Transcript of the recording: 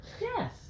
Yes